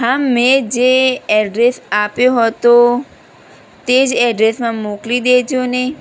હા મેં જે એડ્રેસ આપ્યો હતો તે જ એડ્રેસમાં મોકલી દેજો ને